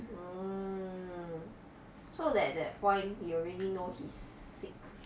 mm so that that point he already know he's sick